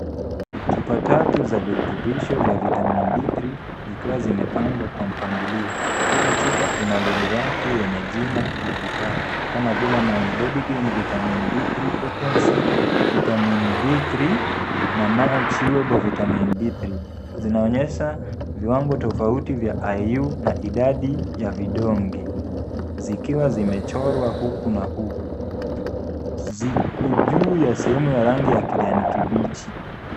Vhupa tatu za virutubisho vya vitamini D3 zikawa zimepangwa kwa mpangilio. Kila chupa inalebo yake yenye jina la bidhaa, kama vile Mind Body Gain Vitamin D3 Potency Vitamin D3, na nayo chewable Vitamin D3. Zinaonyesha viwango tofauti vya IU na idadi ya vidonge. Zikiwa zimechorwa huku na huku, zikojuu ya sehemu ya rangi ya kijanikibichi.